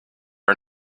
are